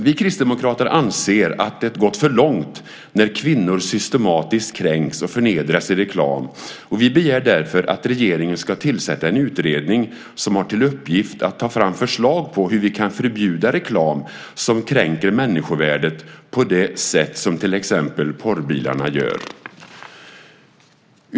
Vi kristdemokrater anser att det gått för långt när kvinnor systematiskt kränks och förnedras i reklam, och vi begär därför att regeringen ska tillsätta en utredning som har till uppgift att ta fram förslag på hur vi kan förbjuda reklam som kränker människovärdet på det sätt som till exempel porrbilarna gör.